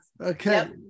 Okay